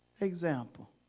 example